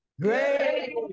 Great